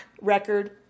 record